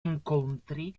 incontri